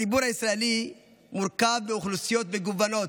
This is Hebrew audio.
הציבור הישראלי מורכב מאוכלוסיות מגוונות: